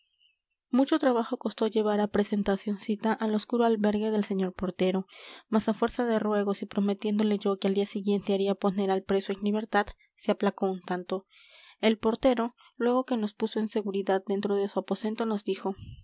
mucho trabajo costó llevar a presentacioncita al oscuro albergue del señor portero mas a fuerza de ruegos y prometiéndole yo que al día siguiente haría poner al preso en libertad se aplacó un tanto el portero luego que nos puso en seguridad dentro de su aposento nos dijo